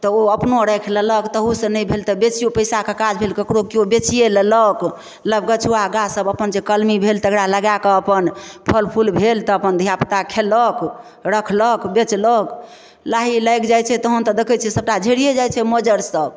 तऽ ओ अपनो राखि लेलक तहूसँ नहि भेल तऽ बेचियो पैसाके काज भेल ककरो केओ बेचिये लेलक नब गछुआ गाछ सब अपन जे कलमी भेल तकरा लगाकऽ अपन फल फूल भेल तऽ अपन धियापुता खेलक रखलक बेचलक लाही लागि जाइ छै तहन तऽ देखै छियै सबटा झरिये जाइ छै मज्जर सब